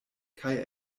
kaj